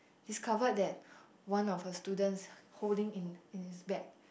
discover that one of her students holding in in his bag